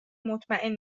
مطمئن